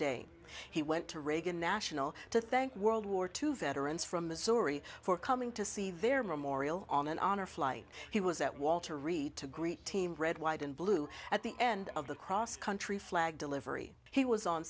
day he went to reagan national to thank world war two veterans from missouri for coming to see their memorial on an honor flight he was at walter reed to greet team red white and blue at the end of the cross country flag delivery he was on